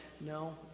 no